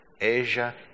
Asia